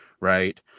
right